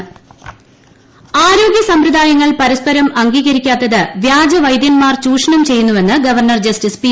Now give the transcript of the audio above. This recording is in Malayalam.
ഗവർണർ ആരോഗ്യ സമ്പ്രദായങ്ങൾ പരസ്പരം അംഗീകരിക്കാത്തത് വ്യാജവൈദ്യൻമാർ ചൂഷ്ണം ചെയ്യുന്നുവെന്ന് ഗവർണർ ജസ്റ്റിസ്പി